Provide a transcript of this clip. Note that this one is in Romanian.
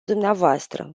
dvs